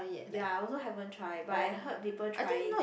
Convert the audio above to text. ya I also haven't try but I heard people trying